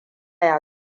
ya